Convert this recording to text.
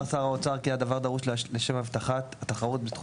רחב 36טו. סבר שר האוצר כי הדבר דרוש לשם הבטחת התחרות בתחום